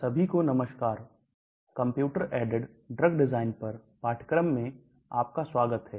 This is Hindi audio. सभी को नमस्कार कंप्यूटर ऐडेड ड्रग डिजाइन पर पाठ्यक्रम में आपका स्वागत है